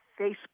Facebook